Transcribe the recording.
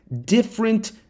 different